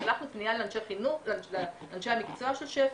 שלחנו פנייה לאנשי המקצוע של שפ"י,